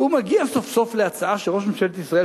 והוא מגיע סוף סוף להצעה של ראש ממשלת ישראל,